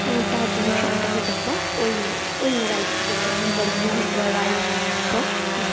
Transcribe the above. आटा जे होइ छै आटाके डिब्बा ओहिमे ओहिमे राखि सकै छिए हम बढ़िआँसँ राखिकऽ